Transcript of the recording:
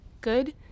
good